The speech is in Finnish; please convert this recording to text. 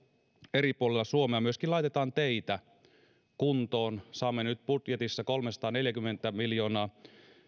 eri puolilla suomea myöskin laitetaan teitä kuntoon saamme nyt budjetissa kolmesataaneljäkymmentä miljoonaa